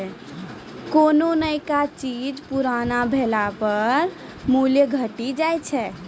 कोन्हो नयका चीज पुरानो भेला पर मूल्य घटी जाय छै